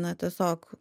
na tiesiog